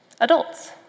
adults